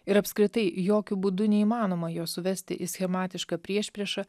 ir apskritai jokiu būdu neįmanoma jo suvesti į schematišką priešpriešą